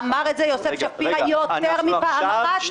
אמר את זה יוסף שפירא יותר מפעם אחת,